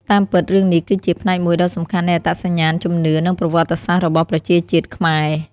តាមពិត រឿងនេះគឺជា ផ្នែកមួយដ៏សំខាន់នៃអត្តសញ្ញាណ ជំនឿ និងប្រវត្តិសាស្ត្ររបស់ប្រជាជាតិខ្មែរ។